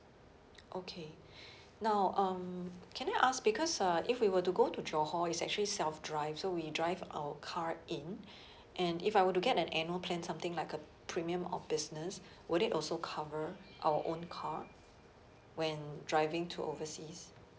okay now um can I ask because uh if we were to go to johor it's actually self drive so we drive our car in and if I were to get an annual plan something like a premium or business would it also cover our own car when driving to overseas